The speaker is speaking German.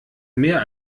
mehr